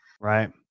right